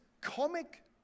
comic